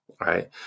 right